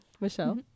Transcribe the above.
michelle